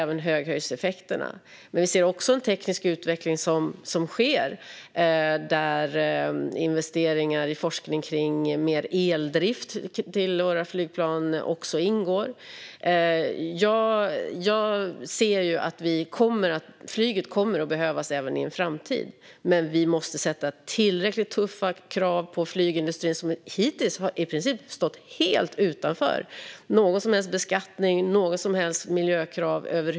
Men vi ser också att det sker en teknisk utveckling där investeringar i forskning kring mer eldrift till våra flygplan ingår. Jag ser att flyget kommer att behövas även i en framtid. Dock måste vi ställa tillräckligt tuffa krav på flygindustrin, som hittills i princip har stått helt utanför någon som helst beskattning och några som helst miljökrav.